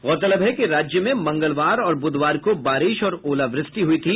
गौरतलब है कि राज्य में मंगलवार और बुधवार को बारिश और ओलावृष्टि हुई थी